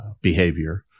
behavior